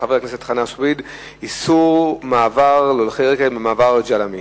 חבר הכנסת חנא סוייד: איסור על מעבר הולכי רגל במעבר ג'למה.